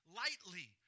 lightly